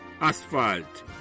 Asphalt